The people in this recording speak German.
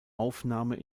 aufnahme